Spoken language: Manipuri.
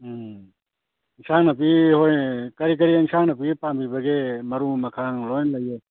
ꯎꯝ ꯏꯟꯁꯥꯡ ꯅꯥꯄꯤ ꯍꯣꯏꯅꯦ ꯀꯔꯤ ꯀꯔꯤ ꯏꯟꯁꯥꯡ ꯅꯥꯄꯤ ꯄꯥꯝꯕꯤꯕꯒꯦ ꯃꯔꯨ ꯃꯈꯥꯡ ꯂꯣꯏ ꯂꯩꯌꯦ